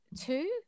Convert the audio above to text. two